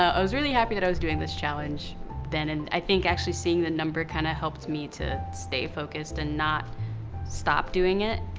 i was really happy that i was doing this challenge then. and i think actually seeing the number kinda helped me to stay focused and not stop doing it.